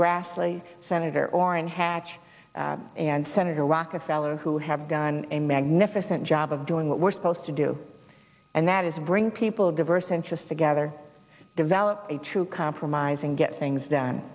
grassley senator orrin hatch and senator rockefeller who have done a magnificent job of doing what we're supposed to do and that is bring people diverse interest to gather develop a true compromise and get things done